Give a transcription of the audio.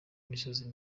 imisozi